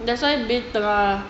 that's why baby tengah